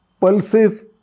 pulses